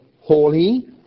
holy